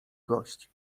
gość